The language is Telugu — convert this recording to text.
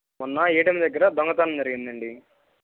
మొన్న ఏ టీ ఎం దగ్గర దొంగతనం జరిగిందండి